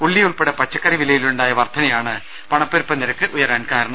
ഉള്ളി യുൾപ്പെടെ പച്ചക്കറി വിലയിലുണ്ടായു വർദ്ധനയാണ് പണപ്പെരുപ്പ നിരക്ക് ഉയരാൻ കാരണം